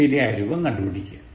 ശരിയായ രൂപം കണ്ടു പിടിക്കുക